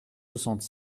soixante